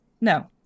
no